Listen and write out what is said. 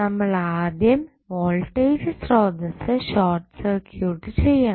നമ്മളാദ്യം വോൾട്ടേജ് സ്രോതസ്സ് short circuit ചെയ്യണം